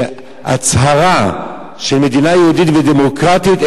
שהצהרה של מדינה יהודית ודמוקרטית,